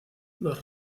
los